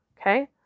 Okay